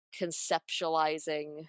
conceptualizing